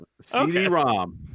CD-ROM